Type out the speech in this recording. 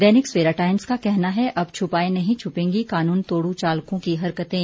दैनिक Savera Times का कहना है अब छुपाए नहीं छुपेगी कानून तोडू चालकों की हरकतें